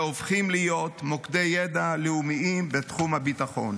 והופכים להיות מוקדי ידע לאומיים בתחום הביטחון.